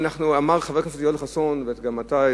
אמר חבר הכנסת יואל חסון וגם אתה,